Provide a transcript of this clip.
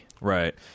Right